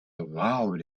loud